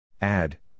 Add